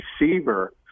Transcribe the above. receiver